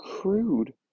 crude